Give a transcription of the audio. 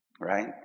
right